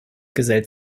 gesellt